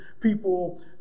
people